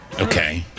Okay